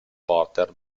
porter